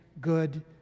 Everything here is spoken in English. good